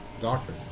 Doctor